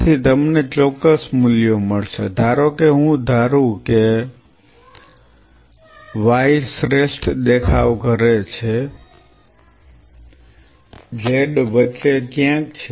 તેથી તમને ચોક્કસ મૂલ્યો મળશે ધારો કે હું ધારું કે y શ્રેષ્ઠ દેખાવ કરે છે Z વચ્ચે ક્યાંક છે